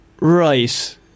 Right